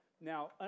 Now